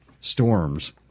storms